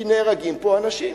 כי נהרגים פה אנשים.